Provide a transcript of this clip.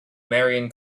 marian